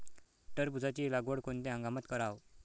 टरबूजाची लागवड कोनत्या हंगामात कराव?